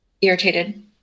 irritated